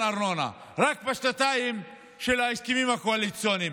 ארנונה רק בשנתיים של ההסכמים הקואליציוניים.